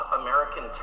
american